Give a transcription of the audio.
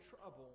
trouble